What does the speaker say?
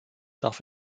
darf